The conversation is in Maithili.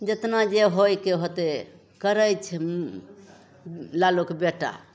जतना जे होइके होतै करै छै लालूके बेटा